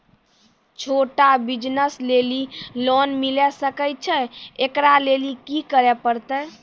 छोटा बिज़नस लेली लोन मिले सकय छै? एकरा लेली की करै परतै